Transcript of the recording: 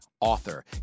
author